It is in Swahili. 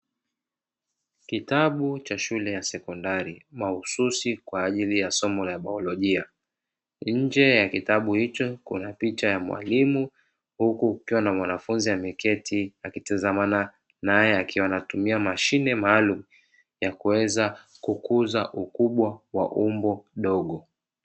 Kitabu cha shule ya sekondari mahususi kwa ajili ya somo la biolojia. Nje ya kitabu hicho kuna picha ya mwalimu, huku kukiwa na mwanafunzi ameketi akitazamana naye akiwa anatumia mashine maalum ya kuweza kukuza ukubwa wa umbo dogo.